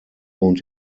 und